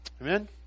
Amen